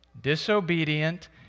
disobedient